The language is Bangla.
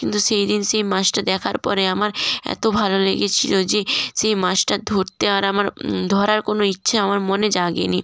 কিন্তু সেইদিন সেই মাছটা দেখার পরে আমার এত ভালো লেগেছিল যে সেই মাছটা ধরতে আর আমার ধরার কোনও ইচ্ছে আমার মনে জাগেনি